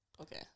Okay